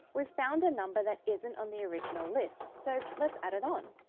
we've found a number that isn't on the original list, so let's add it on.